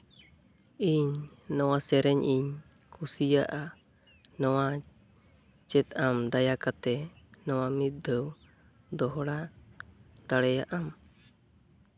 ᱤᱧ ᱱᱚᱣᱟ ᱥᱮᱨᱮᱧ ᱤᱧ ᱠᱩᱥᱤᱭᱟᱜᱼᱟ ᱱᱚᱣᱟ ᱪᱮᱫ ᱟᱢ ᱫᱟᱭᱟ ᱠᱟᱛᱮᱫ ᱱᱚᱣᱟ ᱢᱤᱫ ᱫᱷᱟᱹᱣ ᱫᱚᱦᱲᱟ ᱫᱟᱲᱮᱭᱟᱜ ᱟᱢ